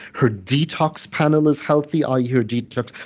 her detox panel is healthy, ie ah her detox.